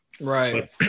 Right